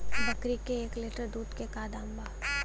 बकरी के एक लीटर दूध के का दाम बा?